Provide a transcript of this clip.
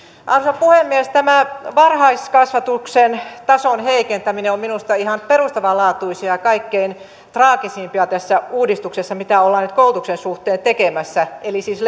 arvoisa puhemies tämä varhaiskasvatuksen tason heikentäminen on minusta ihan perustavanlaatuista kaikkein traagisinta tässä uudistuksessa mitä ollaan nyt koulutuksen suhteen tekemässä eli siis